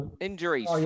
injuries